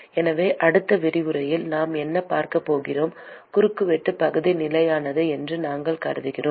எனவே அடுத்த விரிவுரையில் நாம் என்ன பார்க்கப் போகிறோம் குறுக்கு வெட்டு பகுதி நிலையானது என்று நாங்கள் கருதுகிறோம்